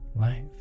life